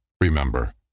remember